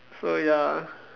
so ya